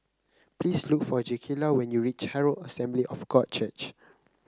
please look for Jakayla when you reach Herald Assembly of God Church